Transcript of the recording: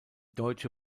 deutsche